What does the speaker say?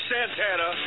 Santana